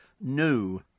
new